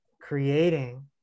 creating